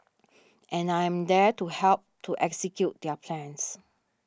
and I am there to help to execute their plans